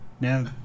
Now